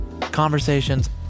Conversations